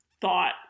thought